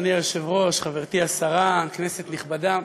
אדוני היושב-ראש, חברתי השרה, כנסת נכבדה,